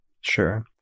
Sure